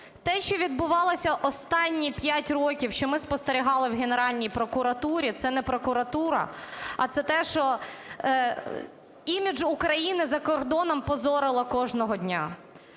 Те, що відбувалося останні 5 років, що ми спостерігали в Генеральній прокуратурі – це не прокуратура, а це те, що імідж України за кордом позорило кожного дня.